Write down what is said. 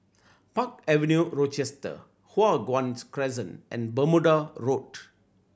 Park Avenue Rochester Hua Guan Crescent and Bermuda Road